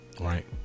Right